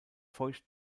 feucht